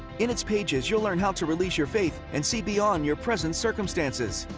in its pages, you'll learn how to release your faith and see beyond your present circumstances,